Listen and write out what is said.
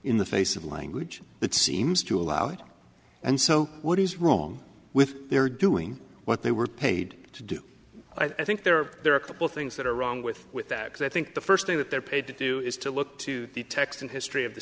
in the face of language that seems to allow it and so what is wrong with their doing what they were paid to do i think there are a couple things that are wrong with with that because i think the first thing that they're paid to do is to look to the text and history of the